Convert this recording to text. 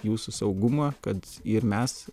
jūsų saugumo kad ir mes